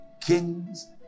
kings